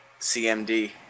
CMD